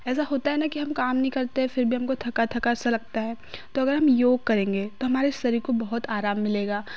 ऐसा होता है न की हम काम नहीं करते फिर भी हमको थका थका सा लगता है तो अगर हम योग करेंगे तो हमारे शरीर को बहुत आराम मिलेगा